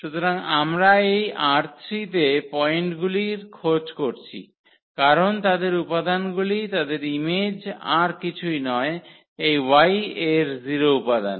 সুতরাং আমরা এই ℝ3 তে পয়েন্টগুলির খোঁজ করছি কারণ তাদের উপাদানগুলি তাদের ইমেজ আর কিছুই নয় এই Y এর 0 উপাদান